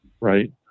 right